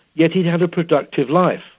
yet he'd had a productive life.